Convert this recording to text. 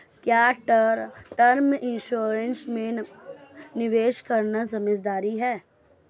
क्या term insurance में निवेश करना समझदारी है?